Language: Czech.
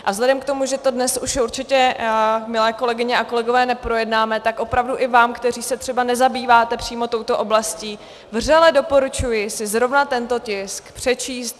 A vzhledem k tomu, že to dnes už určitě, milé kolegyně a kolegové, neprojednáme, tak opravdu i vám, kteří se třeba nezabýváte přímo touto oblastí, vřele doporučuji si zrovna tento tisk přečíst.